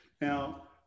Now